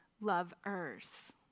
lovers